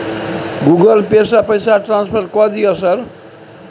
Google से से पैसा ट्रांसफर कर दिय सर?